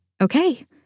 Okay